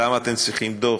למה אתם צריכים דוח?